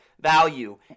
value